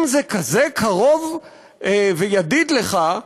אם זה כזה קרוב וידיד לך,